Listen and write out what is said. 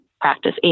practice